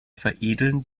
veredeln